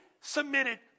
submitted